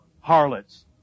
harlots